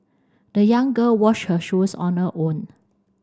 the young girl washed her shoes on her own